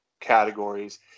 categories